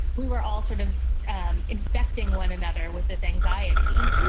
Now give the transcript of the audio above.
we were all sort of um infecting one another with this anxiety,